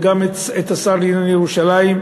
וגם את השר לענייני ירושלים,